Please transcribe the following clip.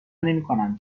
نمیکنم